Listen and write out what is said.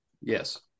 Yes